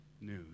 news